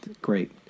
great